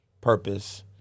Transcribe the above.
purpose